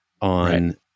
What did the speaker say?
on